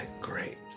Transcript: great